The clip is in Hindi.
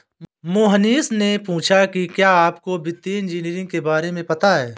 मोहनीश ने पूछा कि क्या आपको वित्तीय इंजीनियरिंग के बारे में पता है?